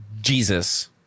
Jesus